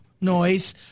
noise